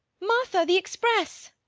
martha! the express!